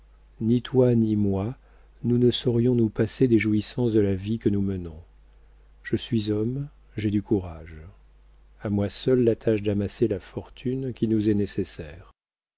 ni toi ni moi nous ne saurions nous passer des jouissances de la vie que nous menons je suis homme j'ai du courage à moi seul la tâche d'amasser la fortune qui nous est nécessaire